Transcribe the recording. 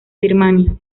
birmania